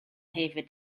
hefyd